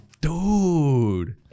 Dude